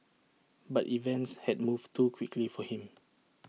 but events had moved too quickly for him